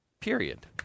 period